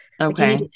okay